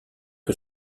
que